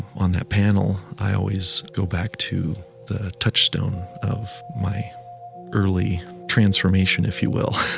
on that panel, i always go back to the touchstone of my early transformation, if you will,